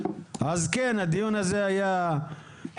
אז כן, הדיון הזה היה חיוני.